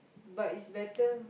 but is better